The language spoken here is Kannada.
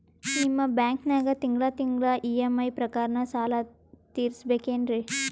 ನಿಮ್ಮ ಬ್ಯಾಂಕನಾಗ ತಿಂಗಳ ತಿಂಗಳ ಇ.ಎಂ.ಐ ಪ್ರಕಾರನ ಸಾಲ ತೀರಿಸಬೇಕೆನ್ರೀ?